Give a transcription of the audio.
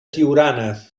tiurana